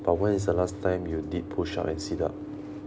but when is the last time you did push up and sit up